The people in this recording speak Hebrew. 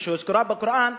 שהוזכרה בקוראן,